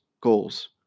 goals